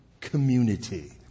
community